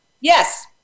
Yes